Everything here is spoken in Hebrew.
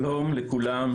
שלום לכולם.